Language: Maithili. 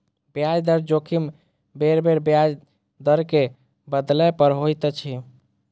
ब्याज दर जोखिम बेरबेर ब्याज दर के बदलै पर होइत अछि